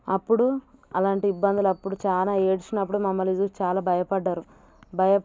అప్పుడు అలాంటి ఇబ్బందులు అప్పుడు చాలా ఏడ్చినప్పుడు మమ్మల్ని చూసి చాలా భయపడ్డారు భయ